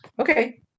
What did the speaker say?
okay